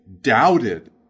doubted